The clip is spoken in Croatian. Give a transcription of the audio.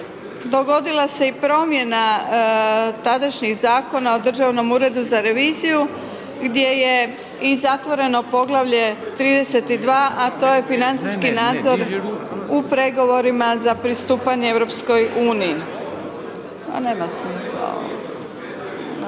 Dogodila se i promjena tadašnjih Zakona o Državnom uredu za reviziju gdje je i zatvoreno poglavlje 32. a to je financijski nadzor u pregovorima za pristupanje EU-u. **Reiner, Željko